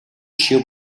жишээ